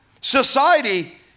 society